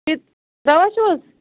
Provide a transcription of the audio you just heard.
تراوان چھِو حَظ